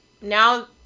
now